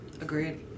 Agreed